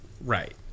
Right